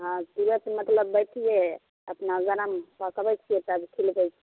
हँ तुरत मतलब बैठियै अपना गरम पकबै छियै तब खिलबै छियै